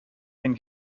den